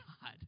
God